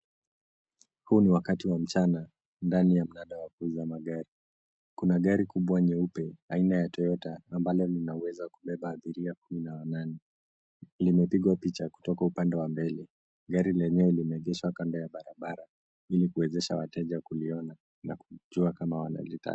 Huu ni wakati wa mchana, ndani ya mnada wa kuuza magari. Kuna gari kubwa nyeupe, aina la Toyota ambalo linaweza kubeba abiria kumi na wanane. Limepigwa picha kutoka upande wa mbele. Gari lenyewe limeegeshwa kando ya barabara, ili kuwezesha wateja kuliona na kujua kama wanalitaka.